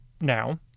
now